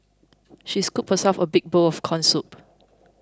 she scooped herself a big bowl of Corn Soup